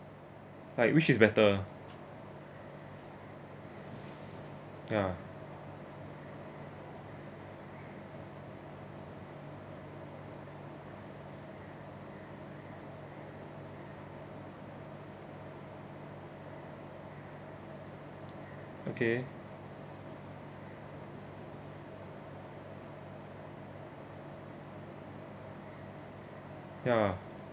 like which is better ya okay ya